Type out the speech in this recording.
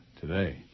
today